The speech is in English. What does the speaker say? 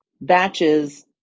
batches